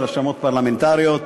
רשמות פרלמנטריות,